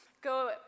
go